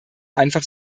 einfach